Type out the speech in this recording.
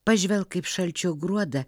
pažvelk kaip šalčio gruodą